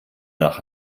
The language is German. nach